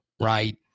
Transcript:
right